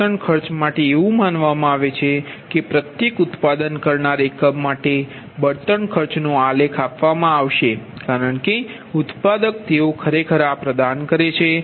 બળતણ ખર્ચ માટે એવું માનવામાં આવે છે કે પ્રત્યેક ઉત્પાદન કરનાર એકમ માટે બળતણ ખર્ચનો આલેખ આપવામાં આવે છે કારણ કે ઉત્પાદક તેઓ ખરેખર આ પ્રદાન કરે છે